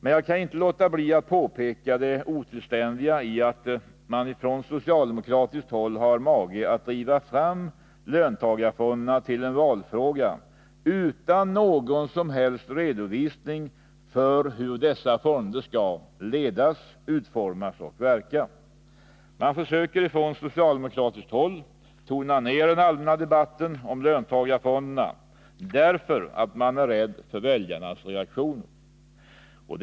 Men jag kan inte låta bli att påpeka det otillständiga i att man på socialdemokratiskt håll har mage att driva fram löntagarfonderna till en valfråga utan någon som helst redovisning för hur fonderna skall ledas, utformas och verka. Man försöker på socialdemokratiskt håll tona ner den allmänna debatten om löntagarfonderna därför att man är rädd för väljarnas reaktioner.